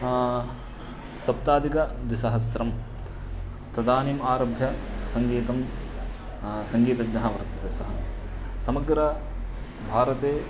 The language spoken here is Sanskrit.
सप्ताधिकद्विसहस्रं तदानीम् आरभ्य सङ्गीतं सङ्गीतज्ञः वर्तते सः समग्रभारते